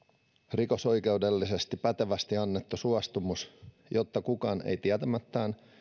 rikosoikeudellisesti pätevästi annettu suostumus jotta kukaan ei tietämättään